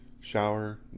Shower